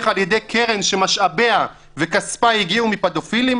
על-ידי קרן שמשאביה וכספה הגיעו מפדופילים?